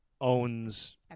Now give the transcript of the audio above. owns